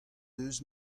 deus